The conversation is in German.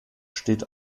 steht